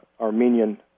Armenian